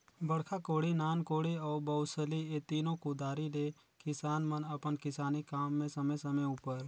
बड़खा कोड़ी, नान कोड़ी अउ बउसली ए तीनो कुदारी ले किसान मन अपन किसानी काम मे समे समे उपर